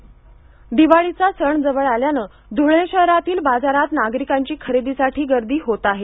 धुळे दिवाळीचा सण जवळ आल्यानं धुळे शहरातील बाजारात नागरिकांची खरेदीसाठी गर्दी होत आहे